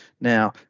Now